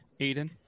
Aiden